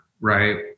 right